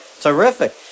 Terrific